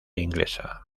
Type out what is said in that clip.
inglesa